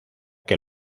que